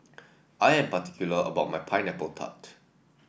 I am particular about my Pineapple Tart